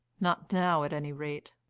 not now, at any rate.